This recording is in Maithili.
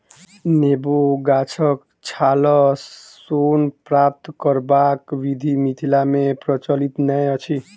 नेबो गाछक छालसँ सोन प्राप्त करबाक विधि मिथिला मे प्रचलित नै अछि